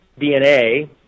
DNA